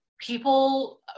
people